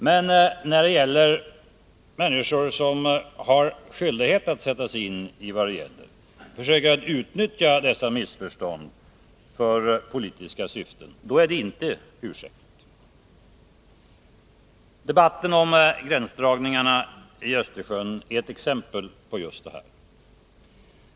Men när människor som har skyldighet att sätta sig in i vad det gäller försöker utnyttja dessa missförstånd för politiska syften, är det inte ursäktligt. Debatten om gränsdragningen i Östersjön är ett exempel på just detta.